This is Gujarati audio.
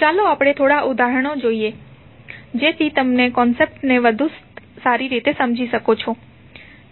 ચાલો આપણે થોડા ઉદાહરણો લઈએ જેથી તમે કન્સેપ્ટ ને વધુ સારી રીતે સમજી શકો